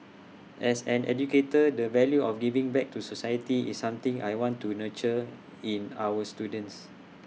as an educator the value of giving back to society is something I want to nurture in our students